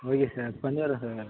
okay sir பண்ணிடுறோம் sir